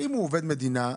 אם הוא עובד מדינה,